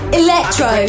electro